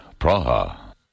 Praha